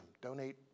donate